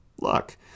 luck